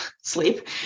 sleep